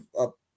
up